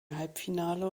halbfinale